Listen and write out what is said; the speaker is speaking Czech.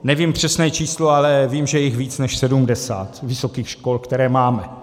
Nevím přesné číslo, ale vím, že je jich víc než 70, vysokých škol, které máme.